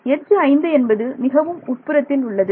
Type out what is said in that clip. edge 5 என்பது மிகவும் உட்புறத்தில் உள்ளது